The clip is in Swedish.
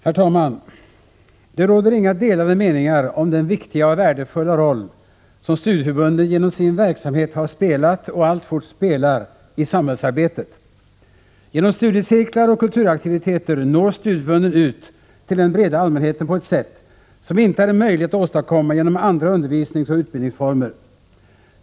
Herr talman! Det råder inga delade meningar om den viktiga och värdefulla roll som studieförbunden genom sin verksamhet har spelat och alltfort spelar i samhällsarbetet. Genom studiecirklar och kulturaktiviteter når studieförbunden ut till den breda allmänheten, på ett sätt som inte är möjligt att åstadkomma genom andra undervisningsoch utbildningsformer.